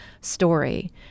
story